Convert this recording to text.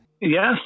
Yes